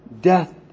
death